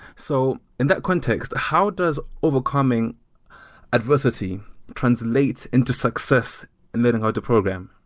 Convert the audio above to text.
so in that context, how does overcoming adversity translates into success and learning how to program?